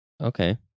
Okay